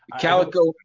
calico